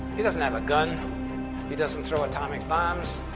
he doesn't have a gun he doesn't throw atomic bombs.